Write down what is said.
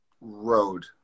Road